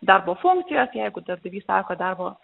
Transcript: darbo funkcijos jeigu darbdavys sako darbo